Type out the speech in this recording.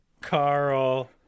Carl